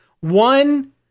One